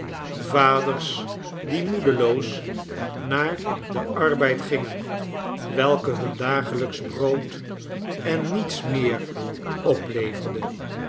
vaders die moedeloos naar den arbeid gingen welke hun dagelijksch brood en niets meer opleverde